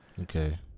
Okay